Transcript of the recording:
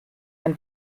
ein